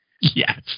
Yes